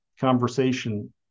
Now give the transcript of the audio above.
conversation